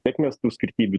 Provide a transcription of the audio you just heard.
taip mes tų skirtybių